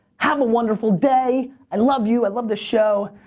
have a wonderful day. i love you, i love the show.